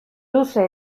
luze